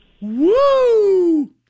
Woo